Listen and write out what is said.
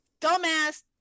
dumbass